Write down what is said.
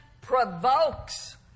provokes